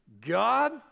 God